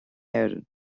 éirinn